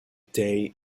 day